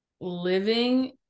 Living